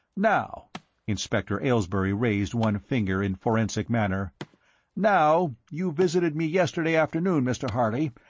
now inspector aylesbury raised one finger in forensic manner now, you visited me yesterday afternoon, mr. harley,